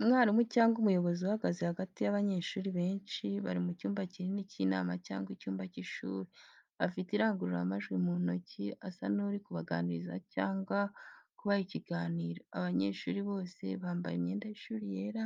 Umwarimu cyangwa umuyobozi uhagaze hagati y’abanyeshuri benshi, bari mu cyumba kinini cy’inama cyangwa icyumba cy’ishuri. Afite mikorofone mu ntoki, asa n’uri kubaganiriza cyangwa kubaha ikiganiro. Abanyeshuri bose bambaye imyenda y’ishuri yera,